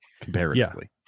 comparatively